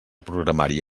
programari